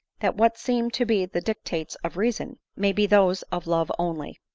that what seem to be the dictates of reason, may be those of love only.